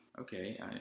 Okay